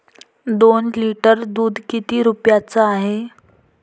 दोन लिटर दुध किती रुप्याचं हाये?